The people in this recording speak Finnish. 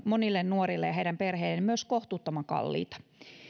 monille nuorille ja heidän perheilleen myös kohtuuttoman kalliita